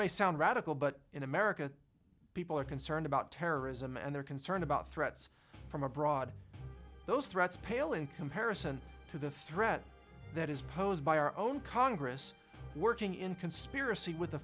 may sound radical but in america people are concerned about terrorism and they're concerned about threats from abroad those threats pale in comparison to the threat that is posed by our own congress working in conspiracy with the